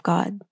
God